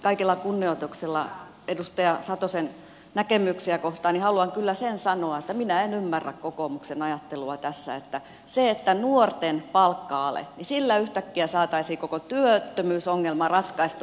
kaikella kunnioituksella edustaja satosen näkemyksiä kohtaan haluan kyllä sen sanoa että minä en ymmärrä kokoomuksen ajattelua tässä että nuorten palkka alella yhtäkkiä saataisiin koko työttömyysongelma ratkaistua